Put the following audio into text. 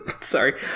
Sorry